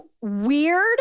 weird